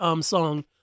song